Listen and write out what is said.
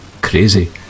crazy